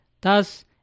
Thus